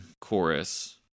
chorus